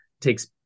takes